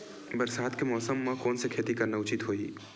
बरसात के मौसम म कोन से खेती करना उचित होही?